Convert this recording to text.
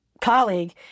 colleague